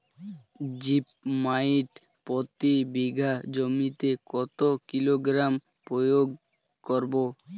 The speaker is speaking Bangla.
জিপ মাইট প্রতি বিঘা জমিতে কত কিলোগ্রাম প্রয়োগ করব?